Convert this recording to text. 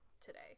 today